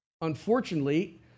unfortunately